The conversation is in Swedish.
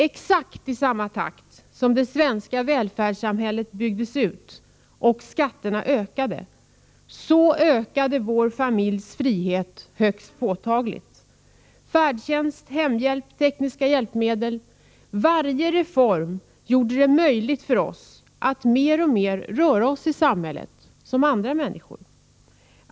Exakt i samma takt som det svenska välfärdssamhället byggdes ut och skatterna höjdes ökade vår familjs frihet högst påtagligt. Färdtjänst, hemhjälp, tekniska hjälpmedel — varje reform gjorde det möjligt för oss att mer och mer röra oss i samhället som andra människor.